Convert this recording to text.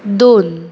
दोन